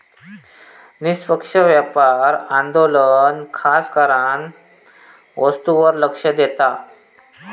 निष्पक्ष व्यापार आंदोलन खासकरान वस्तूंवर लक्ष देता